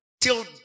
till